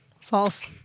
False